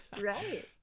right